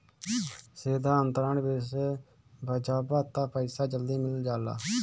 सीधा अंतरण विधि से भजबअ तअ पईसा जल्दी मिल जाला